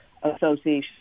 association